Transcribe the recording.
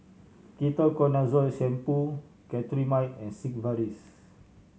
Ketoconazole Shampoo Cetrimide and Sigvaris